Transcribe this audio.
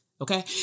okay